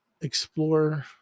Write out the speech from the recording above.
explore